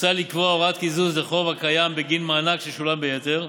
מוצע לקבוע הוראת קיזוז לחוב הקיים בגין מענק ששולם ביתר,